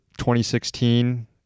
2016